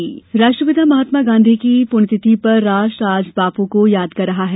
शहीद दिवस राष्ट्रपिता महात्मा गांधी की पुण्यतिथि पर राष्ट्र आज बापू को याद कर रहा है